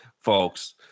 folks